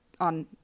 on